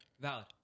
Valid